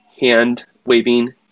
hand-waving